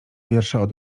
wiersza